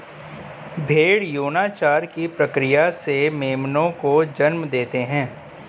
भ़ेड़ यौनाचार की प्रक्रिया से मेमनों को जन्म देते हैं